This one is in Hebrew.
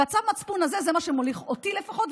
וצו המצפון הזה הוא מה שמוליך אותי לפחות,